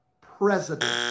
president